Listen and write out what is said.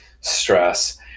stress